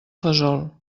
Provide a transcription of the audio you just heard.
fesol